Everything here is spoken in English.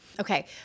Okay